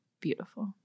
beautiful